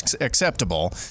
acceptable